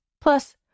Plus